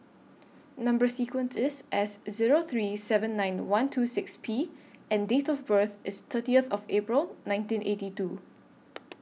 Number sequence IS S Zero three seven nine one two six P and Date of birth IS thirtieth of April nineteen eighty two